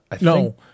No